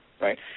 right